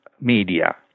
media